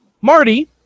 Marty